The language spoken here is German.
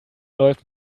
läuft